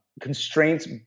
constraints